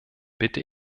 bitte